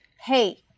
hey